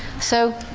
so,